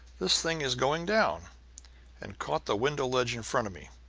this thing's going down and caught the window-ledge in front of me.